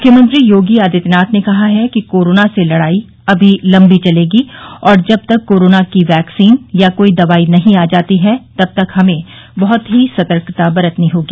मुख्यमंत्री योगी आदित्यनाथ ने कहा है कि कोरोना से लड़ाई अभी लम्बी चलेगी और जब तक कोरोना की वैक्सीन या कोई दवाई नहीं आ जाती है तब तक हमें बहुत ही सतर्कता बरतनी होगी